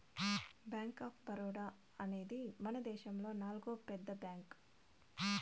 bank of Baroda అనేది మనదేశములో నాల్గో పెద్ద బ్యాంక్